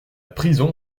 prison